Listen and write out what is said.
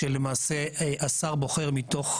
שהשר בוחר מתוך